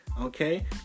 Okay